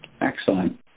Excellent